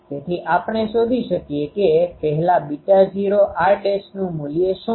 તેથી આપણે શોધી શકીએ કે પહેલા β૦r' નુ મૂલ્ય શું છે